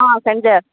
send చేస్తాను